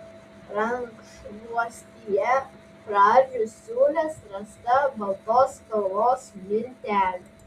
rankšluostyje praardžius siūles rasta baltos spalvos miltelių